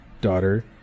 daughter